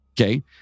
Okay